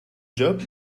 job